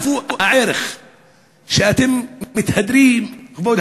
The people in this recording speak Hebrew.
איפה הערך שאתם מתהדרים בו?